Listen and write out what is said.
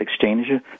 exchanger